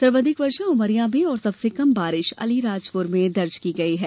सर्वाधिक वर्षा उमरिया में और सबसे कम बारिश अलीराजपुर में दर्ज की गई है